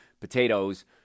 potatoes